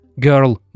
Girl